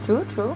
true true